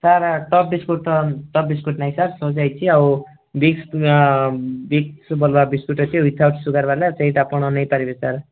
sir top biscuit ତ top biscuit ନାଇଁ sir ସରିଯାଇଛି ଆଉ ବିକ୍ସ ବିକ୍ସ ଭଲ ବିସ୍କୁଟ୍ ଅଛି ଉଇଦ୍ଆଉଟ୍ ସୁଗାରବାଲା ସେଇଟା ଆପଣ ନେଇପାରିବେ ସାର୍